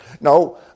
No